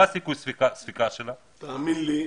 תאמין לי,